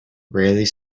raleigh